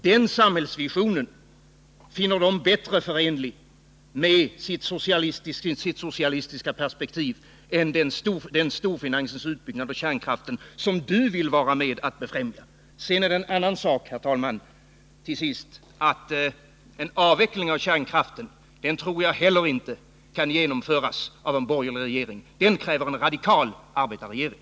Den samhällsvisionen finner de bättre förenlig med sitt socialistiska perspektiv än den storfinansens utbyggnad av kärnkraften som Olof Palme vill vara med om att befrämja. Sedan är det till sist en annan sak, herr talman, att jag inte heller tror att en avveckling av kärnkraften kan genomföras av en borgerlig regering; därtill krävs en radikal arbetarregering.